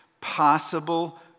possible